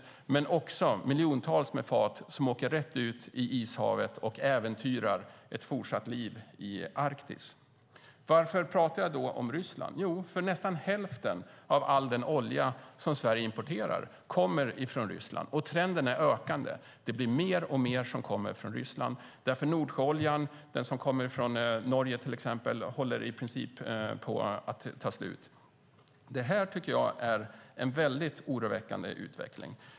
Det handlar också om miljontals fat som åker rätt ut i Ishavet och äventyrar ett fortsatt liv i Arktis. Varför pratar jag om Ryssland? Jo, därför att nästan hälften av all den olja som Sverige importerar kommer från Ryssland. Trenden är ökande. Det blir mer och mer som kommer från Ryssland, därför att Nordsjöoljan som kommer till exempel från Norge i princip håller på att ta slut. Det här tycker jag är en oroväckande utveckling.